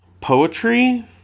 poetry